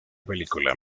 película